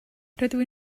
rydw